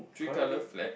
three color flag